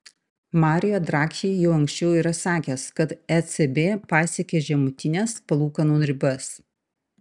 mario draghi jau anksčiau yra sakęs kad ecb pasiekė žemutines palūkanų ribas